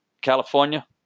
California